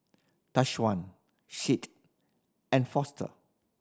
Tyshawn Seth and Foster